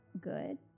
good